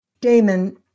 Damon